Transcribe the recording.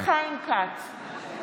חיים כץ,